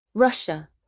Russia